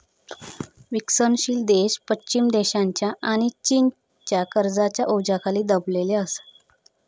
विकसनशील देश पश्चिम देशांच्या आणि चीनच्या कर्जाच्या ओझ्याखाली दबलेले असत